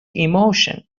emotion